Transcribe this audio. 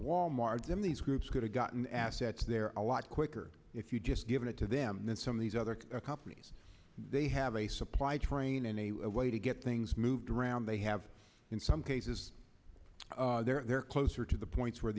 wal mart then these groups could have gotten assets there a lot quicker if you just give it to them that some of these other companies they have a supply train and a way to get things moved around they have in some cases they're closer to the points where